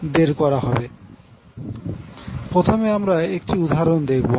প্রথমে আমরা একটি উদাহরণ দেখবো